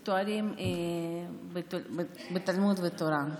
מתוארים בתלמוד ובתורה,